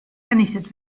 vernichtet